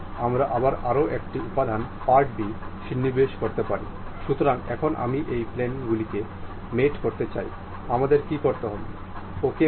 আমরা আবার গ্রাফিক্স অনুকরণ করব এবং আমরা এখানে ফাইলটি দেখতে পারি